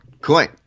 coin